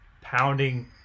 pounding